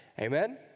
Amen